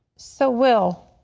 so will,